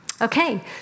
Okay